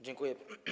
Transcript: Dziękuję.